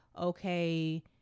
okay